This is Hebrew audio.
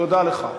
תודה לך.